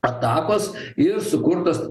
atakos ir sukurtas